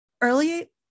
early